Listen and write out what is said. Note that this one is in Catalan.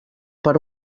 per